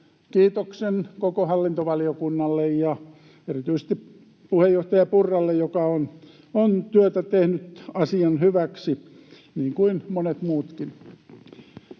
kiitoksen — koko hallintovaliokunnalle ja erityisesti puheenjohtaja Purralle, joka on työtä tehnyt asian hyväksi, niin kuin monet muutkin.